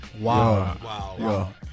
wow